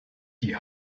die